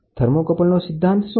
થર્મોકપલનો સિદ્ધાંત શું છે